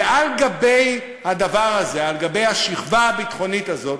ועל גבי הדבר הזה, על גבי השכבה הביטחונית הזאת,